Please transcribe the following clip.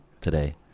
today